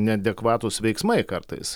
neadekvatūs veiksmai kartais